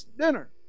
dinner